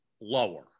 lower